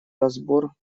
разбор